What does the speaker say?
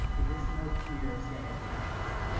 traditional cheer so yeah yeah cif championship.